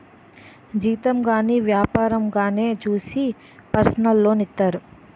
జీతం గాని వ్యాపారంగానే చూసి పర్సనల్ లోన్ ఇత్తారు